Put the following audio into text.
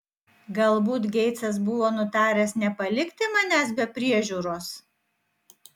galbūt geitsas buvo nutaręs nepalikti manęs be priežiūros